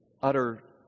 utter